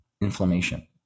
inflammation